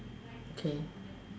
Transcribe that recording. okay